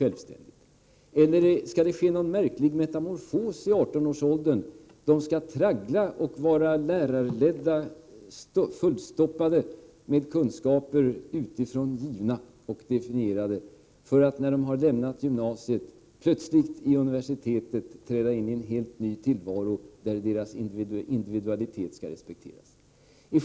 Tänker sig Birger Hagård att det skall ske någon märklig metamorfos i 18-årsåldern, att eleverna skall traggla, vara lärarledda och bli fullstoppade med kunskaper, som är utifrån givna och definierade, under gymnasieskolan för att så vid universitetet plötsligt träda in i en helt ny tillvaro där deras individualitet skall respekteras?